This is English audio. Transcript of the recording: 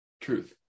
Truth